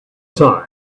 time